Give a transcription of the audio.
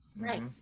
right